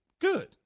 good